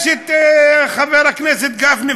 יש את חבר הכנסת גפני,